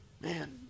Man